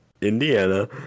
Indiana